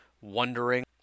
wondering